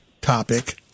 topic